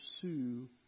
Pursue